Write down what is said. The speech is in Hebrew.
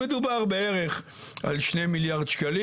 מדובר בערך על 2 מיליארד שקלים.